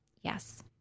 Yes